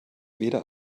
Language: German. weder